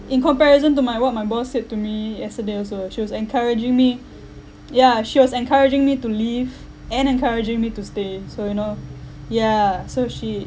in comparison to my what my boss said to me yesterday also she was encouraging me yeah she was encouraging me to leave and encouraging me to stay so you know yeah so she